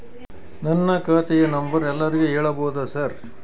ನನ್ನ ಖಾತೆಯ ನಂಬರ್ ಎಲ್ಲರಿಗೂ ಹೇಳಬಹುದಾ ಸರ್?